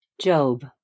Job